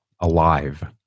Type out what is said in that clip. alive